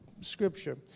scripture